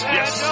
Yes